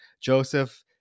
Joseph